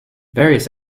various